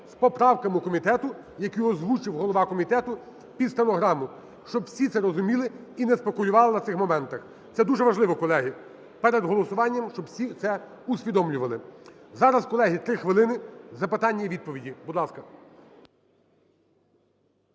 з поправками комітету, який озвучив голова комітету під стенограму, щоб всі це розуміли і не спекулювали на цих моментах. Це дуже важливо, колеги. Перед голосуванням, щоб всі це усвідомлювали. Зараз, колеги, 3 хвилини запитання–відповіді. Будь ласка.